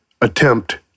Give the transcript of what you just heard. attempt